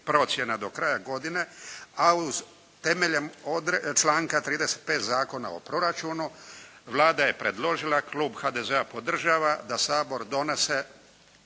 do kraja godine a uz temeljem članka 35. Zakona o proračunu Vlada je predložila, Klub HDZ-a podržava da Sabor donose